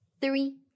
three